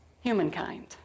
humankind